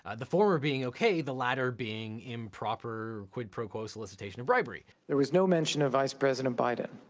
ah the former being okay, the later being improper quid pro quo solicitation of bribery. there was no mention of vice president biden.